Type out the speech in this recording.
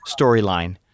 storyline